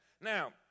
Now